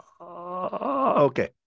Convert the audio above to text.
Okay